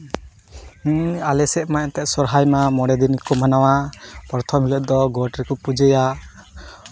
ᱦᱮᱸ ᱟᱞᱮᱥᱮᱫ ᱢᱟ ᱥᱚᱦᱚᱨᱟᱭ ᱢᱟ ᱢᱚᱬᱮ ᱫᱤᱱ ᱠᱚ ᱢᱟᱱᱟᱣᱟ ᱯᱨᱚᱛᱷᱚᱢ ᱦᱤᱞᱚᱜ ᱫᱚ ᱜᱚᱸᱴ ᱨᱮᱠᱚ ᱯᱩᱡᱟᱹᱭᱟ